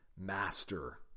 master